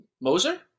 Moser